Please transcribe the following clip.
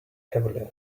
heavily